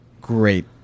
great